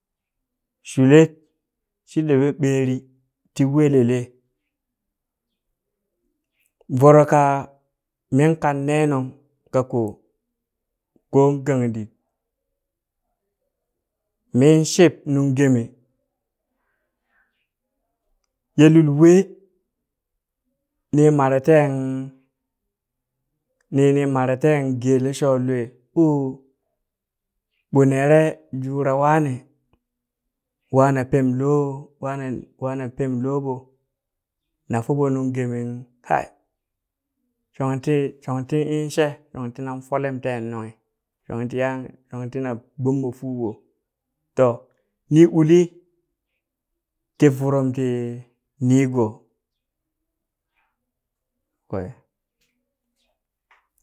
Shulet shi ɗeɓe ɓerri ti welele, voro ka min kang nenung kako kon gangdit min shib nung geme ye lul we ni mare ten ni mare teen gele shon lwe o ɓo nele jura wane wana pem lo wana wana pem lonɓona foɓo nung gema ung kai shungti shungti inshe shungti na folem ten nunghi shong tiyan shong tinan gbomɓo fuɓo, to ni uli ti vurum ti nigo kwe.